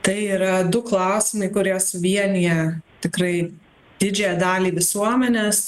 tai yra du klausimai kurie suvienija tikrai didžiąją dalį visuomenės